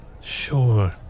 Sure